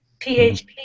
PHP